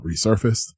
resurfaced